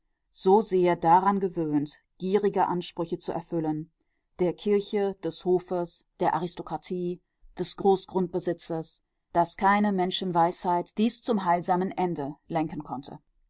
so sehr daran gewöhnt gierige ansprüche zu erfüllen der kirche des hofes der aristokratie des großgrundbesitzes daß keine menschenweisheit dies zum heilsamen ende lenken konnte